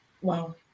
wow